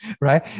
right